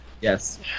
Yes